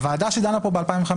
הוועדה שדנה פה ב-2015,